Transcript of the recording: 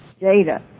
data